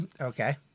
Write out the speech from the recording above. Okay